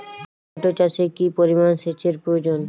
Tomato চাষে কি পরিমান সেচের প্রয়োজন?